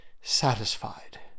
satisfied